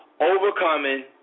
overcoming